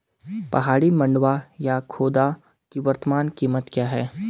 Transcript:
पहाड़ी मंडुवा या खोदा की वर्तमान कीमत क्या है?